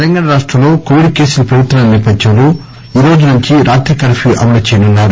తెలంగాణ రాష్టంలో కోవిడ్ కేసులు పెరుగుతున్న నేపథ్యంలో ఈ రోజు నుంచి రాత్రి కర్ఫ్య్య అమలు చేయనున్నారు